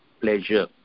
pleasure